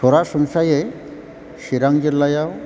सरासनस्रायै चिरां जिल्लायाव